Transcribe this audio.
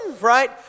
right